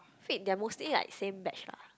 wait they're mostly like same batch ah